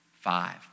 five